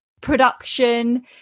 production